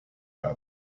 other